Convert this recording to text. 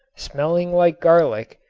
smelling like garlic,